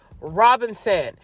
Robinson